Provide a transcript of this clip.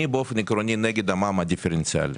אני באופן עקרוני נגד המע"מ הדיפרנציאל,